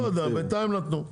לא יודע, בינתיים נתנו,